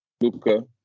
Luka